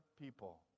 people